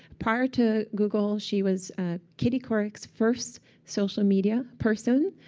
prior to google, she was ah katie couric's first social media person,